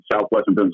Southwestern